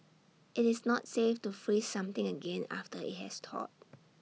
IT is not safe to freeze something again after IT has thawed